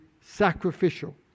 sacrificial